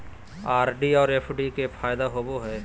RD और FD के की फायदा होबो हइ?